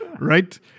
right